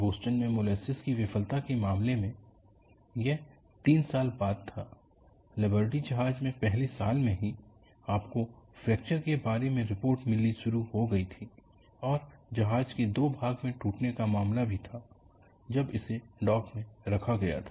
Boston में molasses की विफलता के मामले में यह तीन साल बाद था लिबर्टी जहाज में पहले साल में ही आपको फ्रैक्चर के बारे में रिपोर्ट मिलनी शुरू हो गई थी और जहाज के दो भाग में टूटने का मामला भी था जब इसे डॉक में रखा गया था